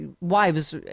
wives